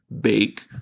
bake